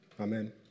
Amen